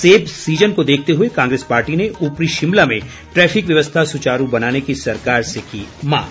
सेब सीज़न को देखते हुए कांग्रेस पार्टी ने ऊपरी शिमला में ट्रैफिक व्यवस्था सुचारू बनाने की सरकार से की मांग